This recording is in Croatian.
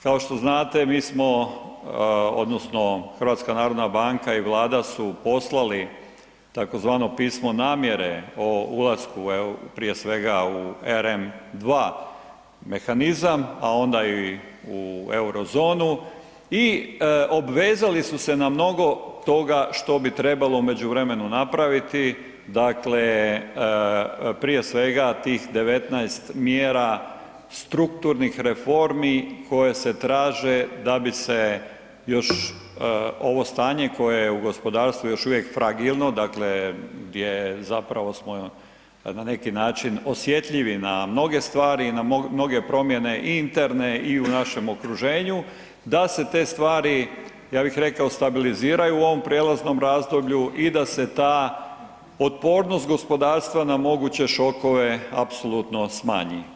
Kao što znate, mi smo, odnosno HNB i Vlada su poslali tzv. pismo namjere o ulasku u, prije svega u RM2 mehanizam, a onda i u Eurozonu i obvezali su se na mnogo toga što bi trebalo u međuvremenu napraviti, dakle, prije svega, tih 19 mjera strukturnih reformi koje se traže da bi se još ovo stanje koje je u gospodarstvu još uvijek fragilno, dakle gdje je zapravo smo na neki način osjetljivi na mnoge stvari i na mnoge promjene interne i u našem okruženju, da se te stvari, ja bih rekao stabiliziraju u ovom prijelaznom razdoblju i da se ta otpornost gospodarstva na moguće šokove apsolutno smanji.